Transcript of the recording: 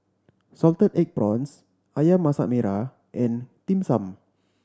salted egg prawns Ayam Masak Merah and Dim Sum